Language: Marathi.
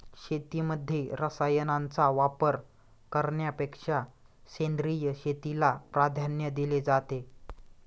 शेतीमध्ये रसायनांचा वापर करण्यापेक्षा सेंद्रिय शेतीला प्राधान्य दिले जाते